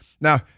Now